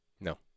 No